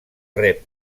rep